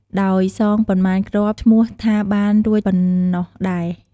ដោយសងប៉ុន្មានគ្រាប់ឈ្មោះថាបានរួចប៉ុណ្ណោះដែរ។